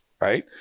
right